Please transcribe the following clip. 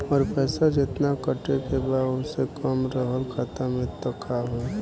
अगर पैसा जेतना कटे के बा ओसे कम रहल खाता मे त का होई?